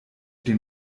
den